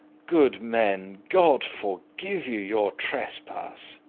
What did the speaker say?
good men, god forgive you your trespass,